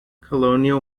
colonial